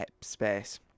space